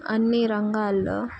అన్ని రంగాల్లో